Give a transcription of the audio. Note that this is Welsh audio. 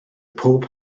pob